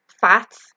fats